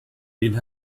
den